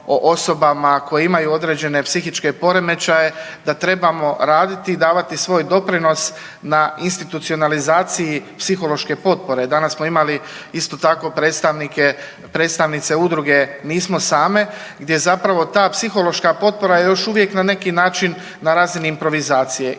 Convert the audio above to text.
o osobama koje imaju određene psihičke poremećaje da trebamo raditi i davati svoj doprinos na institucionalizaciji psihološke potpore. Danas smo imali isto tako predstavnike, predstavnice udruge „Nismo same“ gdje je zapravo ta psihološka potpora još uvijek na neki način na razini improvizacije